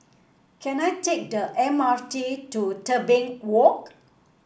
can I take the M R T to Tebing Walk